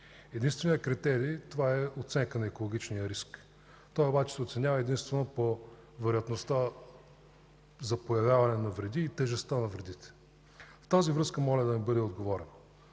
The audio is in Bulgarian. Единственият критерий, това е оценка на екологичния риск. Той обаче се оценява единствено по вероятността за появяване на вреди и тежестта на вредите. Във връзка с това моля да ми бъде отговорено: